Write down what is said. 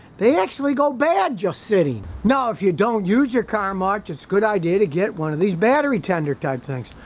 they actually go bad just sitting, now if you don't use your car much it's a good idea to get one of these battery tender type things,